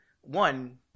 One